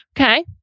Okay